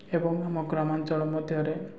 ଏବଂ ଆମ ଗ୍ରାମାଞ୍ଚଳ ମଧ୍ୟରେ